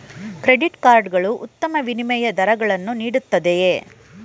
Credit card ಗಳು ಉತ್ತಮ ವಿನಿಮಯ ದರಗಳನ್ನು ನೀಡುತ್ತವೆಯೇ?